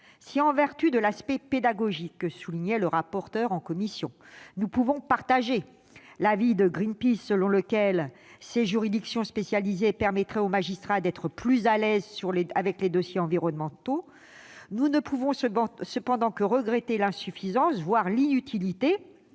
Si, en vertu de la dimension « pédagogique », soulignée en commission par M. le rapporteur, nous pouvons partager l'avis de Greenpeace, qui considère que « ces juridictions spécialisées permettraient aux magistrats d'être plus à l'aise avec les dossiers environnementaux », nous ne pouvons cependant que regretter l'insuffisance, voire l'inutilité-